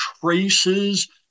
traces